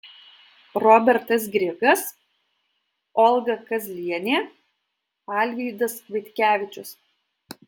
robertas grigas olga kazlienė alvydas vaitkevičius